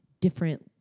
different